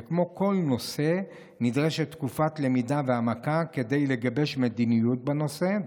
וכמו בכל נושא נדרשת תקופת למידה והעמקה כדי לגבש מדיניות בנושא.